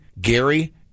Gary